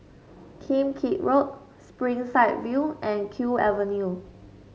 Kim Keat Road Springside View and Kew Avenue